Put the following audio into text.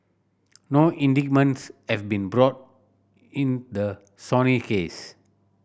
no indictments have been brought in the Sony case